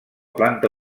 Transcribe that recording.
planta